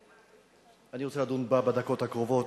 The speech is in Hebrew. שאני רוצה לדון בה בדקות הקרובות.